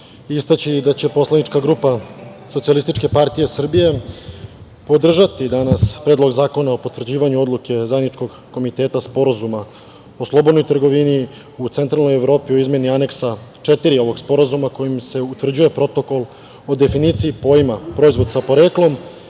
istaći da će Poslanička grupa SPS podržati danas Predlog zakona o potvrđivanju Odluke Zajedničkog komiteta Sporazuma o slobodnoj trgovini u Centralnoj Evropi Aneksa 4 ovog Sporazuma kojim se utvrđuje Protokol o definiciji pojma „proizvod sa poreklom“